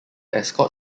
escort